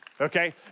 okay